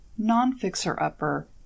non-fixer-upper